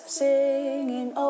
singing